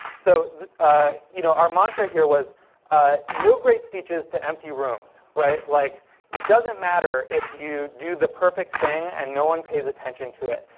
so you know our mantra here was no great speeches to empty rooms! like it doesn't matter if you do the perfect thing and no one pays attention to it.